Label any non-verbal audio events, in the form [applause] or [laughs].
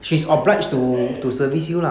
[laughs]